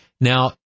Now